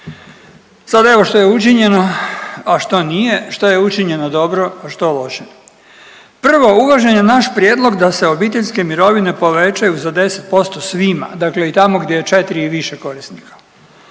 Sada evo što je učinjeno, a što nije, što je učinjeno dobro, a što loše. Prvo, uvažen je naš prijedlog da se obiteljske mirovine povećaju za 10% svima, dakle tamo gdje je četri i više korisnika.